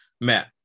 Matt